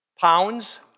pounds